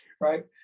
right